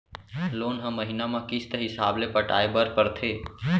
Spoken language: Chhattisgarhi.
लोन ल महिना म किस्त हिसाब ले पटाए बर परथे